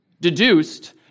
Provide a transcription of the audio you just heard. deduced